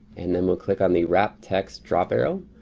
and then we'll click on the wrap text drop arrow.